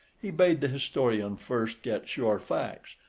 he bade the historian first get sure facts,